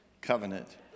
covenant